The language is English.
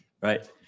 right